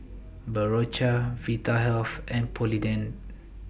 Berocca Vitahealth and Polident